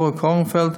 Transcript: דוקטור ציפורה קורנפלד,